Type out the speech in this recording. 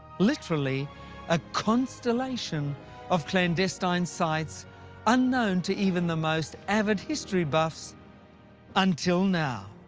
literally a constellation of clandestine sites unknown to even the most avid history buffs until now.